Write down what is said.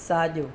साॼो